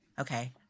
okay